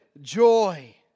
joy